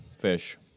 fish